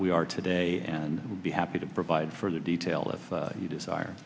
we are today and we'll be happy to provide further detail of you desire